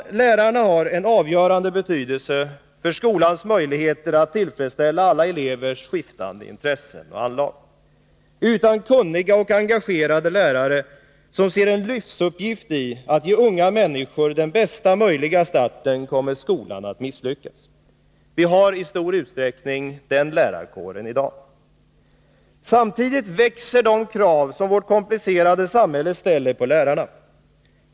Lärarna har en avgörande betydelse för skolans möjligheter att tillfredsställa alla elevers skiftande intressen och anlag. Utan kunniga och engagerade lärare, som ser en livsuppgift i att ge unga människor den bästa möjliga starten, kommer skolan att misslyckas. Vi har i stor utsträckning den lärarkåren i dag. Samtidigt växer de krav som vårt komplicerade samhälle ställer på lärarna.